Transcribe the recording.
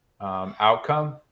outcome